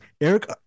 Eric